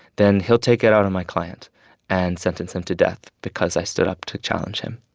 then he'll take it out on my client and sentence him to death because i stood up to challenge him